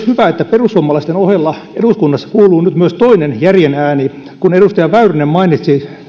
hyvä että perussuomalaisten ohella eduskunnassa kuuluu nyt myös toinen järjen ääni kun edustaja väyrynen mainitsi